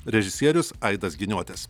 režisierius aidas giniotis